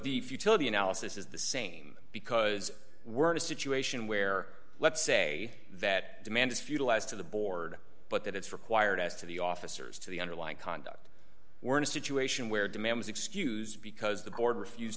the futility analysis is the same because we're in a situation where let's say that demand is futile as to the board but that it's required as to the officers to the underlying conduct were in a situation where demand was excused because the board refuse